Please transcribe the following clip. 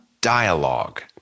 dialogue